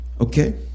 Okay